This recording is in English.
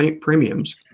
premiums